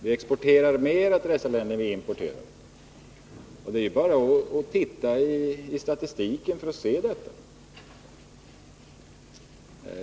Vi exporterar mera till dessa länder än vi importerar från dem. Det är bara att titta i statistiken för att se detta.